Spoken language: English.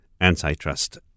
antitrust